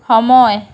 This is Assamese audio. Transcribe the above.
সময়